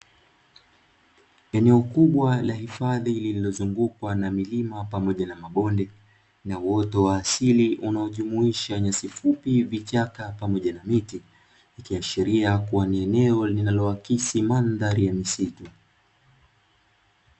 Eneo kubwa la hifadhi lililozungukwa na milima pamoja na mabonde, na uoto wa asili unaojumuisha nyasi fupi, vichaka pamoja na miti. Ikiashiria kuwa ni eneo linaloakisi mandhari ya misitu.